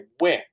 win